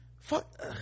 fuck